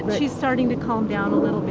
she's starting to calm down a little bit.